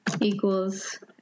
equals